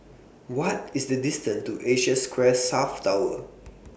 What IS The distance to Asia Square South Tower